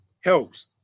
helps